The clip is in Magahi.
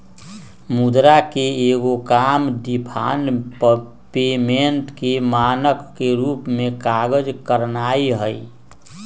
मुद्रा के एगो काम डिफर्ड पेमेंट के मानक के रूप में काज करनाइ हइ